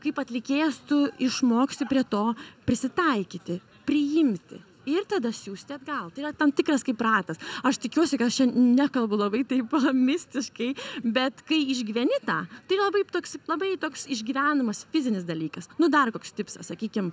kaip atlikėjas tu išmoksti prie to prisitaikyti priimti ir tada siųsti atgal tai yra tam tikras kaip ratas aš tikiuosi kad aš čia nekalbu labai taip mistiškai bet kai išgyveni tą tai yra labai toks labai toks išgyvenamas fizinis dalykas nu dar koks tipsas sakykim